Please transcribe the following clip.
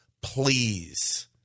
please